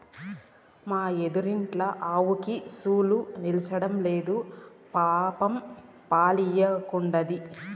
మా ఎదురిండ్ల ఆవుకి చూలు నిల్సడంలేదు పాపం పాలియ్యకుండాది